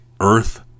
earth